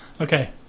Okay